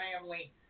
family